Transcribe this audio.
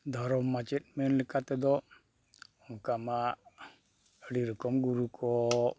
ᱫᱷᱚᱨᱚᱢ ᱢᱟᱪᱮᱫ ᱢᱮᱱ ᱞᱮᱠᱟ ᱛᱮᱫᱚ ᱚᱱᱠᱟᱢᱟ ᱟᱹᱰᱤ ᱨᱚᱠᱚᱢ ᱜᱩᱨᱩ ᱠᱚ